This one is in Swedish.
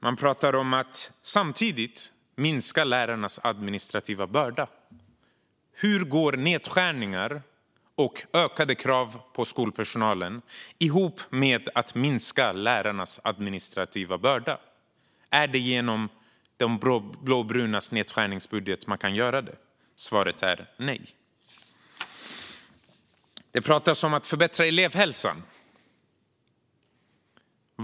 Man pratar om att samtidigt minska lärarnas administrativa börda. Hur går nedskärningar och ökade krav på skolpersonalen ihop med att minska lärarnas administrativa börda? Är det genom de blåbrunas nedskärningsbudget? Svaret är nej. Det pratas om att förbättra elevhälsan.